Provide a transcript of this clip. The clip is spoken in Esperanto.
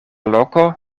loko